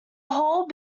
whole